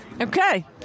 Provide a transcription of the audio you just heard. Okay